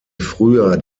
früher